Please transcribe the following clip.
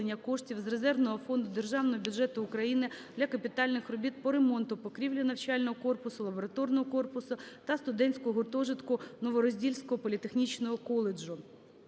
з резервного фонду Державного бюджету України для капітальних робіт по ремонту покрівлі навчального корпусу, лабораторного корпусу та студентського гуртожитку Новороздільського політехнічного коледжу.